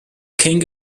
king